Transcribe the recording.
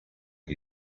què